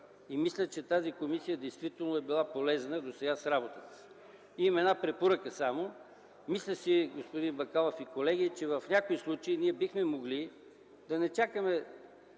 Мисля, че тази комисия действително е била полезна досега с работата си. Имам една препоръка. Мисля си, господин Бакалов, колеги, че в някои случаи ние бихме могли да не чакаме